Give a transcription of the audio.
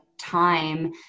time